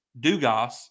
Dugas